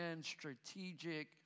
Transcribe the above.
strategic